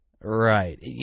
Right